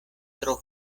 tro